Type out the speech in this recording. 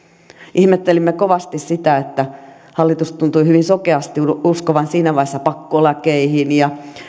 ihmettelimme kovasti sitä että hallitus tuntui hyvin sokeasti uskovan siinä vaiheessa pakkolakeihin ja